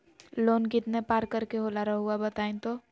Loan कितने पारकर के होला रऊआ बताई तो?